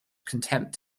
contempt